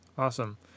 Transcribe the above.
Awesome